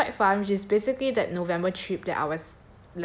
and which was quite fun it's basically that november trip that I was